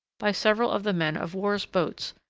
by several of the men of war's boats,